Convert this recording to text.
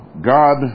God